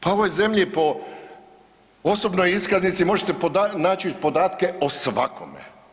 Pa u ovoj zemlji po osobnoj iskaznici možete naći podatke o svakome.